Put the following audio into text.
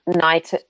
night